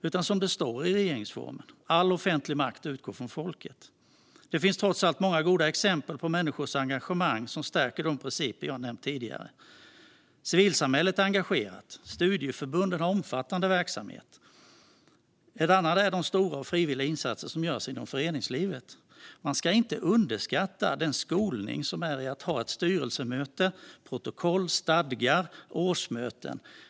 Det som står i regeringsformen gäller: All offentlig makt utgår från folket. Det finns trots allt många goda exempel på människors engagemang som stärker de principer jag nämnt tidigare. Civilsamhället är engagerat. Studieförbunden har en omfattande verksamhet. Ett annat exempel är de stora och frivilliga insatser som görs inom föreningslivet. Man ska inte underskatta den skolning som det innebär att ha styrelsemöte, protokoll, stadgar och årsmöte.